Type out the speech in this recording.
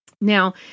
Now